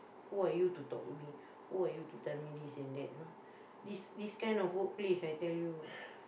who are you to talk to me who are you to tell me this and that you know this this kind of workplace I tell you